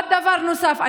דבר נוסף,